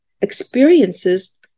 experiences